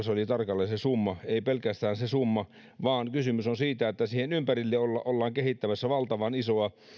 se oli tarkalleen ei pelkästään se summa vaan kysymys on siitä että siihen ympärille ollaan kehittämässä valtavan isoa